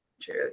True